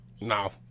no